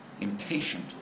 impatient